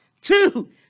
two